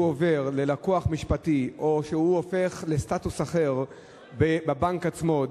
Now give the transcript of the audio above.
עובר להיות לקוח משפטי או הופך לבעל סטטוס אחר בבנק עצמו,